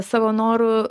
savo noru